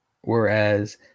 Whereas